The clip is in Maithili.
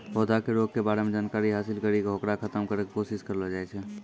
पौधा के रोग के बारे मॅ जानकारी हासिल करी क होकरा खत्म करै के कोशिश करलो जाय छै